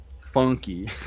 funky